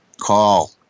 Call